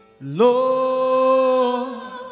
Lord